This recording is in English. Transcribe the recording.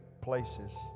places